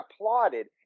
applauded